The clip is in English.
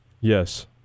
Yes